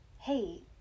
hey